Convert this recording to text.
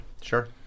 Sure